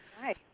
Hi